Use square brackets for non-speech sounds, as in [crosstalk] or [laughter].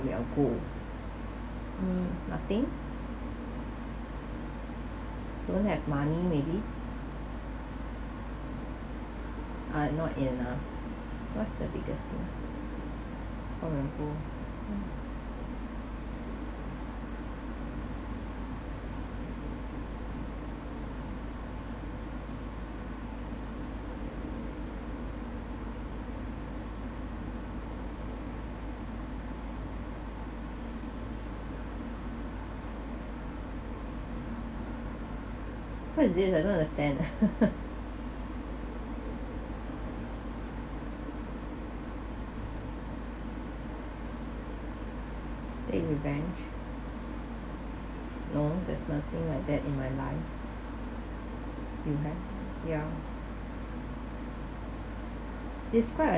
your goal mm nothing don't have money maybe uh not enough what's the biggest thing from your goal mm what is this I don't understand [laughs] take revenge no there's nothing like that in my life revenge ya describe a